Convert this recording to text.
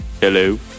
Hello